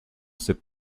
ces